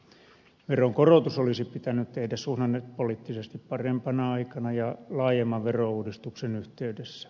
veron korotus olisi pitänyt tehdä suhdannepoliittisesti parempana aikana ja laajemman verouudistuksen yhteydessä